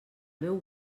meu